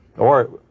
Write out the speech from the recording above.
or,